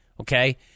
Okay